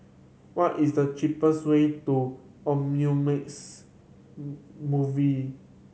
what is the cheapest way to Omnimax Movie